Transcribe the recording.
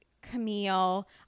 Camille